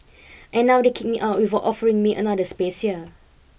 and now they kick me out without offering me another space here